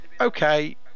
okay